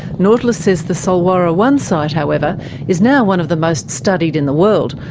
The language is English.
nautilus says the solwara one site however is now one of the most studied in the world,